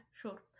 sure